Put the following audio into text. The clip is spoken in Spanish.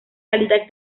calidad